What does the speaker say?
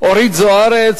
אורית זוארץ.